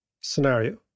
scenario